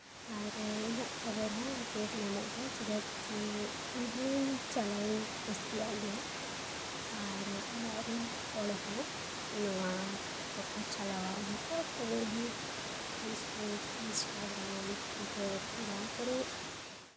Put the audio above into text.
ᱟᱨ ᱤᱧᱟᱹᱜ ᱠᱷᱚᱵᱚᱨ ᱦᱚᱸ ᱟᱯᱰᱮᱴ ᱧᱟᱢᱚᱜ ᱜᱮᱭᱟ ᱪᱮᱫᱟᱜ ᱥᱮ ᱤᱧᱦᱚᱸ ᱪᱟᱞᱟᱣ ᱤᱧ ᱠᱩᱥᱤᱭᱟᱜ ᱜᱮᱭᱟ ᱟᱨ ᱚᱲᱟᱜ ᱨᱮᱱ ᱦᱚᱲ ᱦᱚᱸ ᱱᱚᱣᱟ ᱠᱚᱠᱚ ᱪᱟᱞᱟᱣᱟ ᱩᱱᱠᱩᱣᱟᱜ ᱠᱷᱚᱵᱚᱨ ᱦᱚᱸ ᱯᱷᱮᱥᱵᱩᱠ ᱤᱱᱥᱴᱟᱜᱨᱟᱢ ᱴᱩᱭᱴᱟᱨ ᱱᱚᱣᱟ ᱠᱚᱨᱮ